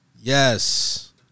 yes